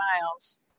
miles